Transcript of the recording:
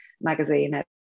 magazine